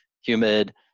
humid